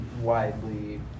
widely